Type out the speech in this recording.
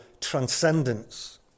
transcendence